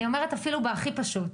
אני אומרת הכי פשוט,